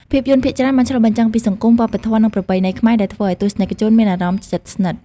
ភាពយន្តភាគច្រើនបានឆ្លុះបញ្ចាំងពីសង្គម វប្បធម៌ និងប្រពៃណីខ្មែរ ដែលធ្វើឱ្យទស្សនិកជនមានអារម្មណ៍ជិតស្និទ្ធ។